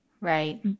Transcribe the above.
Right